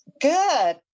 Good